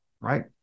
right